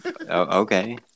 Okay